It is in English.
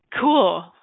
cool